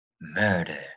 murder